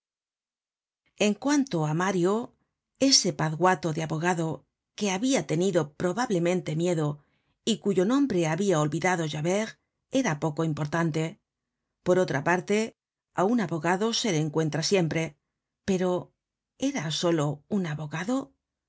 en cuanto á mario ese pazguato de abogado que habia tenido probablemente miedo y cuyo nombre habia olvidado javert era poco importante por otra parte á un abogado se le encuentra siempre pero era solo un abogado